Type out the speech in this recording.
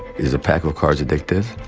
is a pack of cards addictive?